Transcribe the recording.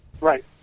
right